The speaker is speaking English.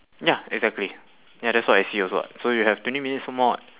ya exactly ya that's what I see also [what] so you have twenty minutes more [what]